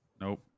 Nope